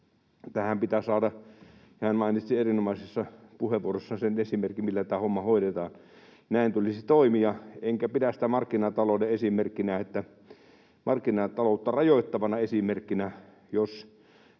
tämä pitää saada kuntoon. Hän mainitsi erinomaisessa puheenvuorossaan sen esimerkin, millä tämä homma hoidetaan. Näin tulisi toimia, enkä pidä sitä markkinataloutta rajoittavana esimerkkinä, jos